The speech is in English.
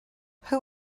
who